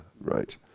right